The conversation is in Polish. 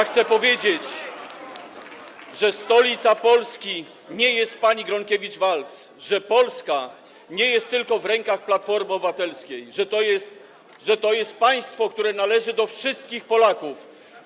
Chcę powiedzieć, że stolica Polski nie jest pani Gronkiewicz-Waltz, że Polska nie jest w rękach tylko Platformy Obywatelskiej, że to jest państwo, które należy do wszystkich Polaków.